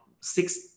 six